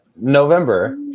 November